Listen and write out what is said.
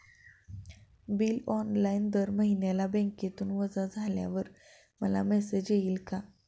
Bill online दर महिन्याला बँकेतून वजा झाल्यावर मला मेसेज येईल का?